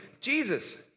Jesus